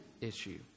issue